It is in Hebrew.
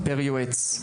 פר יועץ.